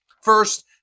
First